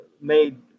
made